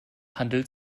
handel